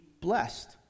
blessed